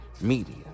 media